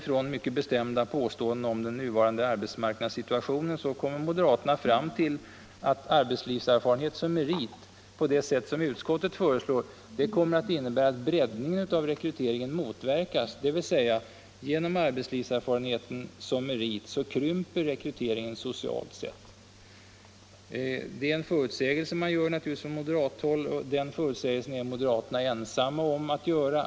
Från mycket bestämda påståenden om den nuvarande arbetsmarknadssituationen kommer moderaterna fram till att arbetslivserfarenhet som merit på det sätt som utskottet föreslår kommer att innebära att en breddning av rekryteringen motverkas, dvs. genom arbetslivserfarenheten som merit krymper rekryteringen socialt sett. Denna förutsägelse är moderaterna ensamma om att göra.